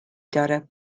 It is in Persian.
داره